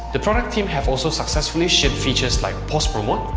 the product teams have also successfully shipped features like post promote,